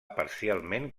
parcialment